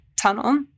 tunnel